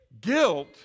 Guilt